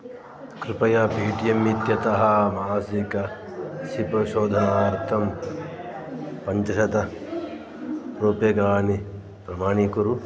कृपया पेटियेम् इत्यतः मासिकं शिप् शोधनार्थं पञ्चशतरूप्यकाणि प्रमाणीकुरु